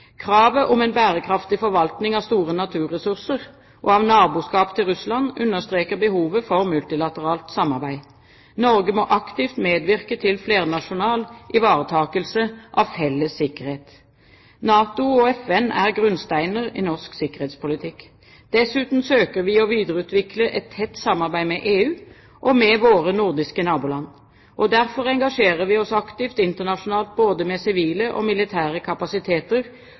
Kravet om en bærekraftig forvaltning av store naturressurser og naboskapet til Russland understreker behovet for multilateralt samarbeid. Norge må aktivt medvirke til flernasjonal ivaretakelse av felles sikkerhet. NATO og FN er grunnsteiner i norsk sikkerhetspolitikk. Dessuten søker vi å videreutvikle et tett samarbeid med EU og med våre nordiske naboland. Derfor engasjerer vi oss aktivt internasjonalt, både med sivile og militære kapasiteter